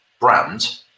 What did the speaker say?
brand